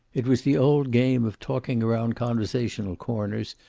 it was the old game of talking around conversational corners,